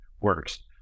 works